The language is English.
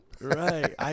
Right